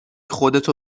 خودتو